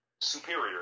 Superior